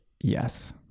yes